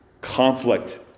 conflict